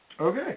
Okay